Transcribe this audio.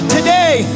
Today